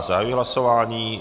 Zahajuji hlasování.